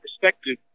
perspective